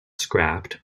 scrapped